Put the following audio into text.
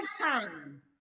lifetime